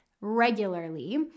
regularly